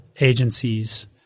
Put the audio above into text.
agencies